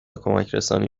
کمکرسانی